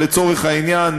אבל לצורך העניין,